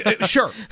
Sure